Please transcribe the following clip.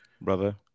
Brother